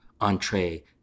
entree